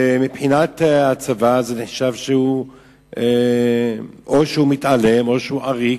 מבחינת הצבא זה נחשב שהוא מתעלם או שהוא עריק,